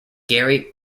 gary